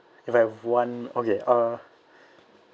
if I have one okay uh